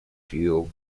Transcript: fuel